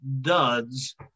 duds